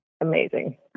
amazing